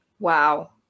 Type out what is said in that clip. Wow